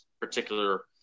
particular